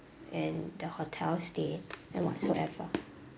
and the hotel stay and whatsoever